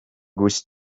goose